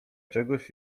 czegoś